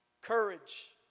courage